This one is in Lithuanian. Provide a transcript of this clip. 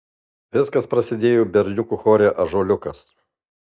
viskas prasidėjo berniukų chore ąžuoliukas